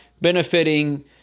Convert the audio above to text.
benefiting